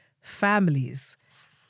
families